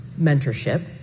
mentorship